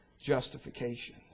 justification